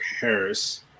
Harris